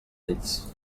ells